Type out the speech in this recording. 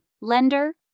lender